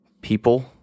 people